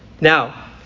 Now